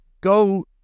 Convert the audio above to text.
go